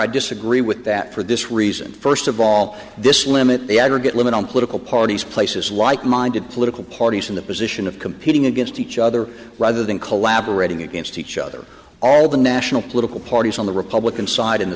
i disagree with that for this reason first of all this limit the aggregate limit on political parties places like minded political parties in the position of competing against each other rather than collaborating against each other all the national political parties on the republican side in the